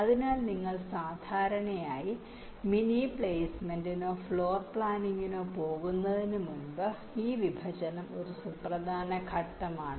അതിനാൽ നിങ്ങൾ സാധാരണയായി മിനി പ്ലേസ്മെന്റിനോ ഫ്ലോർ പ്ലാനിംഗിനോ പോകുന്നതിനുമുമ്പ് ഈ വിഭജനം ഒരു സുപ്രധാന ഘട്ടമാണ്